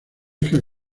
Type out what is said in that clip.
hija